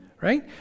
Right